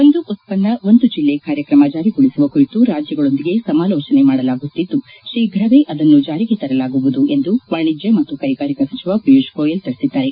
ಒಂದು ಉತ್ಪನ್ನ ಒಂದು ಜಿಲ್ಲೆ ಕಾರ್ಯಕ್ರಮ ಜಾರಿಗೊಳಿಸುವ ಕುರಿತು ರಾಜ್ಯಗಳೊಂದಿಗೆ ಸಮಾಲೋಚನೆ ಮಾಡಲಾಗುತ್ತಿದ್ದು ಶೀಫ್ರವೇ ಅದನ್ನು ಜಾರಿಗೆ ತರಲಾಗುವುದು ಎಂದು ವಾಣಿಜ್ಯ ಮತ್ತು ಕೈಗಾರಿಕಾ ಸಚಿವ ಪಿಯೂಷ್ ಗೋಯಲ್ ತಿಳಿಸಿದ್ದಾರೆ